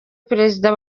perezida